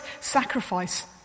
sacrifice